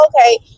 okay